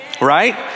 Right